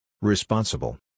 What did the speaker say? Responsible